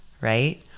right